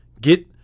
get